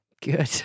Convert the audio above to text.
Good